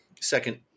second